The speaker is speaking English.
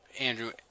Andrew